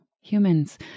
humans